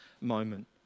moment